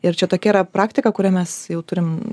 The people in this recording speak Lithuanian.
ir čia tokia yra praktika kurią mes jau turim